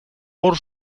hor